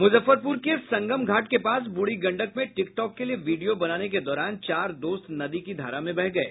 मुजफ्फरपुर के संगम घाट के पास ब्रूढ़ी गंडक में टिक टॉक के लिए वीडियो बनाने के दौरान चार दोस्त नदी की धारा में बह गये